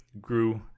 grew